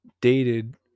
dated